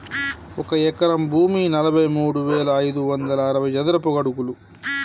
ఒక ఎకరం భూమి నలభై మూడు వేల ఐదు వందల అరవై చదరపు అడుగులు